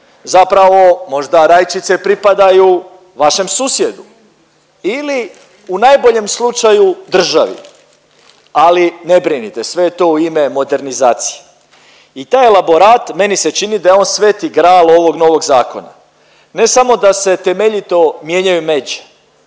zapravo možda rajčice pripadaju vašem susjedu ili u najboljem slučaju državi. Ali ne brinite, sve je to ime modernizacije. I taj elaborat meni se čini da je on Sveti Gral ovog novog zakona, ne samo da se temeljito mijenjaju međe,